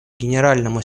генеральному